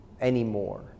anymore